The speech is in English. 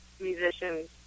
musicians